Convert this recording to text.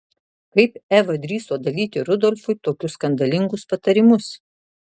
kaip eva drįso dalyti rudolfui tokius skandalingus patarimus